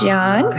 John